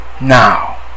Now